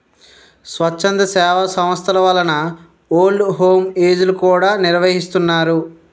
స్వచ్ఛంద సేవా సంస్థల వలన ఓల్డ్ హోమ్ ఏజ్ లు కూడా నిర్వహిస్తున్నారు